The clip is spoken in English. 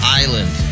island